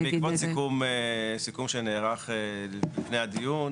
זה בעקבות סיכום שנערך לפני הדיון,